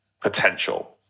potential